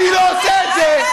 אני לא עושה את זה.